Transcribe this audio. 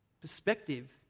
Perspective